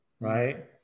right